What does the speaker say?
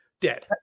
dead